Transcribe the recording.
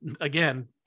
again